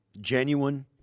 genuine